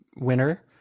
winner